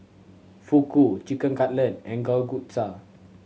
Fugu Chicken Cutlet and Kalguksu